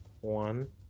one